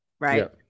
right